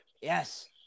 Yes